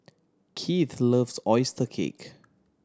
Kieth loves oyster cake